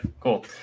cool